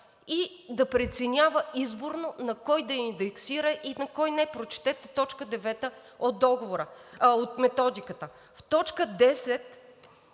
и да преценява изборно на кой да индексира и на кой не. Прочетете т. 9 от методиката. В т. 10